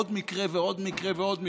עוד מקרה ועוד מקרה ועוד מקרה.